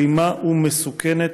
אלימה ומסוכנת,